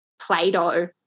Play-Doh